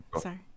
sorry